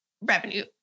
revenue